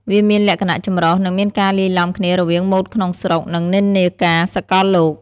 វាមានលក្ខណៈចម្រុះ និងមានការលាយឡំគ្នារវាងម៉ូដក្នុងស្រុក និងនិន្នាការសកលលោក។